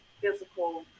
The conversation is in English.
physical